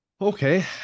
Okay